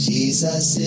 Jesus